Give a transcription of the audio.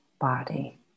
body